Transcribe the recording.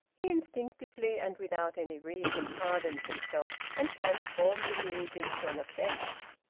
he instinctively and without any reason hardened himself and transformed the news into an offence.